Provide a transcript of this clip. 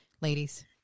Ladies